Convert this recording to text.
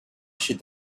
should